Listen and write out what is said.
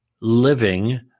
living